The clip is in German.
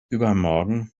übermorgen